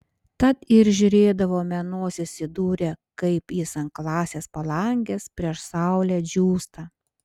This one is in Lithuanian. tad ir žiūrėdavome nosis įdūrę kaip jis ant klasės palangės prieš saulę džiūsta